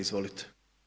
Izvolite.